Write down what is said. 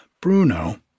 Bruno